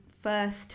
first